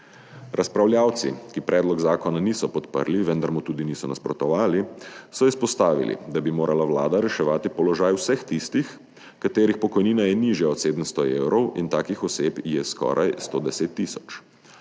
Razpravljavci, ki predloga zakona niso podprli, vendar mu tudi niso nasprotovali, so izpostavili, da bi morala Vlada reševati položaj vseh tistih, katerih pokojnina je nižja od 700 evrov, in takih oseb je skoraj 110 tisoč.